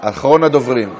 אחרון הדוברים.